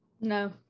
No